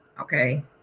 Okay